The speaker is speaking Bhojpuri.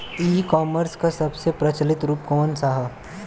ई कॉमर्स क सबसे प्रचलित रूप कवन सा ह?